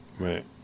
Right